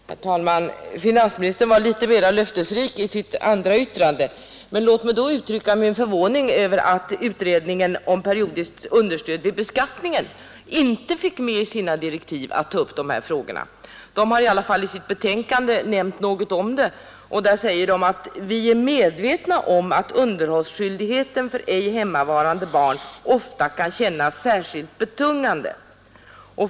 Herr talman! Finansministerns andra anförande var litet mera löftesrikt. Men låt mig då uttrycka min förvåning över att utredningen om ”periodiskt understöd vid beskattningen” inte i sina direktiv fick i uppdrag att ta upp dessa frågor. Utredningen har i alla fall i sitt betänkande nämnt något om detta och säger där: ”Vi är medvetna om att underhållsskyldigheten mot ej hemmavarande barn ofta kan kännas särskilt betungande.